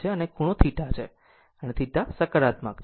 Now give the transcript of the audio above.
આમ અહીં એક ખૂણો θ છે અને θ સકારાત્મક છે